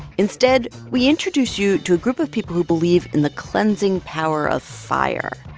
instead, we introduce you to a group of people who believe in the cleansing power of fire.